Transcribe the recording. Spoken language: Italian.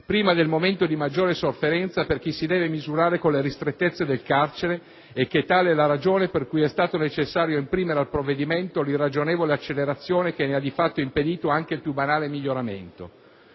prima del momento di maggiore sofferenza per chi si deve misurare con le ristrettezze del carcere, e che tale è la ragione per cui è stato necessario imprimere al provvedimento l'irragionevole accelerazione che ne ha di fatto impedito anche il più banale miglioramento.